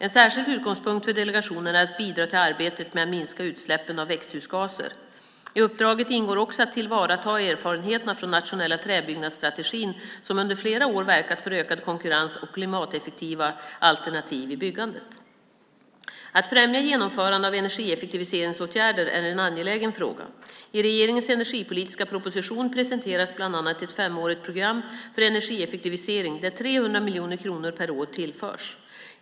En särskild utgångspunkt för delegationen är att bidra till arbetet med att minska utsläppen av växthusgaser. I uppdraget ingår också att tillvarata erfarenheterna från Nationella träbyggnadsstrategin, som under flera år verkat för ökad konkurrens och klimateffektiva alternativ i byggandet. Att främja genomförande av energieffektiviseringsåtgärder är en angelägen fråga. I regeringens energipolitiska proposition presenteras bland annat ett femårigt program för energieffektivisering där 300 miljoner kronor per år tillförs.